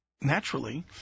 naturally